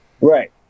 Right